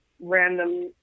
random